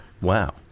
Wow